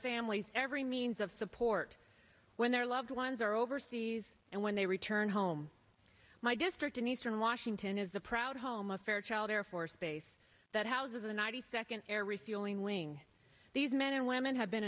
families every means of support when their loved ones are overseas and when they return home my district in eastern washington is the proud home affairs child air force base that houses the ninety second air refueling wing these men and women have been